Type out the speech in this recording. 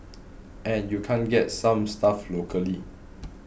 and you can't get some stuff locally